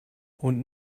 und